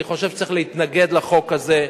אני חושב שצריך להתנגד לחוק הזה,